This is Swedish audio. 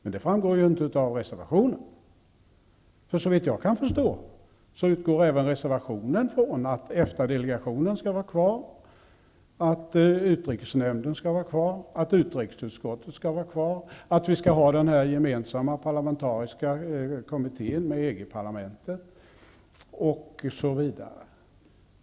Men det framgår ju inte av reservationen, för såvitt jag kan förstå utgår även reservanterna från att EFTA-delegationen skall vara kvar, att utrikesnämnden skall vara kvar, att utrikesutskottet skall vara kvar, att vi skall ha den parlamentariska kommittén som skall förhandla med EG-parlamentet, osv.